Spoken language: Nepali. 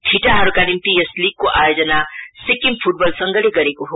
ठिटाहरूका निम्ति यस लीगको आयोजना सिक्किम फुटबल संघले गरेको हो